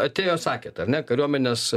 atėjo sakėt ar ne kariuomenės